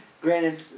Granted